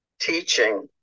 teaching